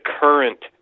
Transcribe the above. current